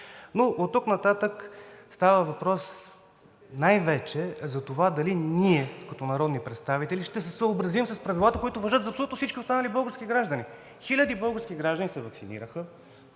Но оттук нататък става въпрос най-вече за това дали ние като народни представители ще се съобразим с правилата, които важат за абсолютно всички български граждани. Хиляди български граждани се ваксинираха,